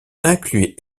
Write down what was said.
incluaient